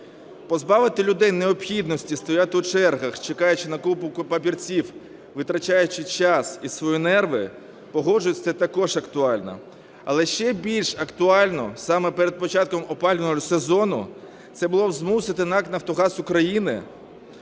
Позбавити людей необхідності стояти у чергах, чекаючи на купу папірців, витрачаючи час і свої нерви, – погоджуюсь, це також актуально. Але ще більш актуально, саме перед початком опалювального сезону, це було б змусити НАК "Нафтогаз України"